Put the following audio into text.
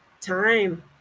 Time